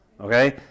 okay